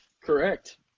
Correct